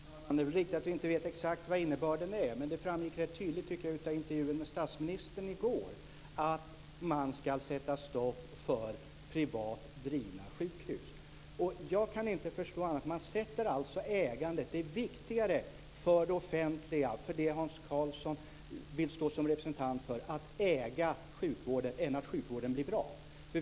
Herr talman! Det är riktigt att vi inte vet exakt vad innebörden är. Men det framgick rätt tydligt av intervjun med statsministern i går att man ska sätta stopp för privat drivna sjukhus. Det är tydligen viktigare för det offentliga, det som Hans Karlsson vill stå som representant för, att äga sjukvården än att sjukvården blir bra.